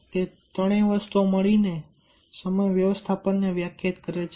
તે ત્રણેય વસ્તુઓ મળીને સમય વ્યવસ્થાપનને વ્યાખ્યાયિત કરે છે